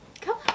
come